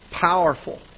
powerful